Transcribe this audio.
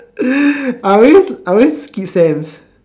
I always I always skip sense